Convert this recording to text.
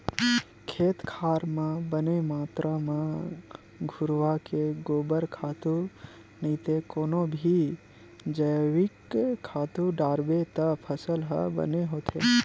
खेत खार म बने मातरा म घुरूवा के गोबर खातू नइते कोनो भी जइविक खातू डारबे त फसल ह बने होथे